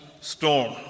storm